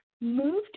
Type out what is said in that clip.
moved